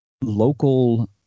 local